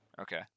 Okay